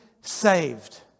saved